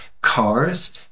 cars